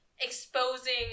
exposing